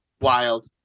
Wild